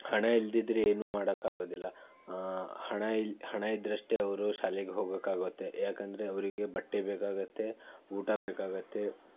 ಹಣ ಇಲ್ದಿದ್ರೆ ಏನೂ ಮಾಡೋಕ್ಕೆ ಆಗೋದಿಲ್ಲ ಹಣ ಇಲ್ಲ ಹಣ ಇದ್ದರಷ್ಟೇ ಅವರು ಶಾಲೆಗೆ ಹೋಗೋಕ್ಕಾಗುತ್ತೆ ಯಾಕಂದರೆ ಅವರಿಗೆ ಬಟ್ಟೆ ಬೇಕಾಗುತ್ತೆ ಊಟ ಬೇಕಾಗುತ್ತೆ